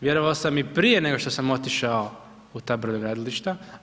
Vjerovao sam i prije nego što sam otišao u ta brodogradilišta.